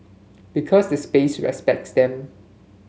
because the space respects them